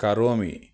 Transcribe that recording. करोमि